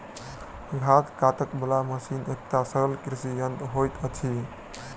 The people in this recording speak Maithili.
घास काटय बला मशीन एकटा सरल कृषि यंत्र होइत अछि